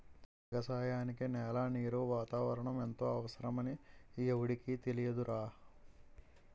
ఎగసాయానికి నేల, నీరు, వాతావరణం ఎంతో అవసరమని ఎవుడికి తెలియదురా